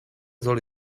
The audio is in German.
soll